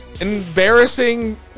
embarrassing